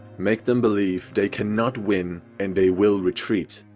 make them believe they cannot win and they will retreat.